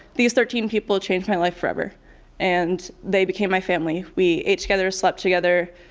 these thirteen people changed my life forever and they became my family. we ate together, slept together,